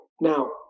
now